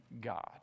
God